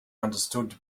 understood